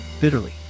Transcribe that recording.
bitterly